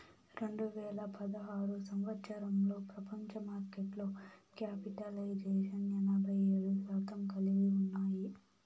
రెండు వేల పదహారు సంవచ్చరంలో ప్రపంచ మార్కెట్లో క్యాపిటలైజేషన్ ఎనభై ఏడు శాతం కలిగి ఉన్నాయి